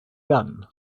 gun